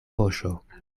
poŝo